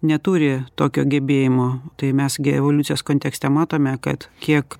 neturi tokio gebėjimo tai mes gi evoliucijos kontekste matome kad kiek